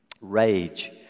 rage